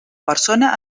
persona